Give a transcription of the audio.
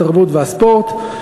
התרבות והספורט,